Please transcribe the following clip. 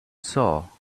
saw